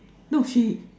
no she